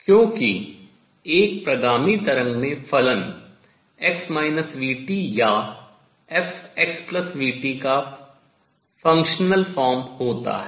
क्योंकि एक प्रगामी तरंग में फलन x vt या fxvt का functional form फलनात्मक रूप होता है